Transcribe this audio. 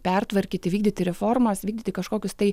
pertvarkyti vykdyti reformas vykdyti kažkokius tai